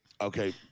Okay